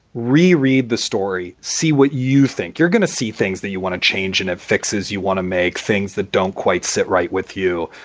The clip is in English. reread the story. see what you think you're going to see things that you want to change and it fixes. you want to make things that don't quite sit right with you.